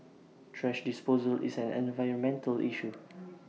thrash disposal is an environmental issue